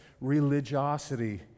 religiosity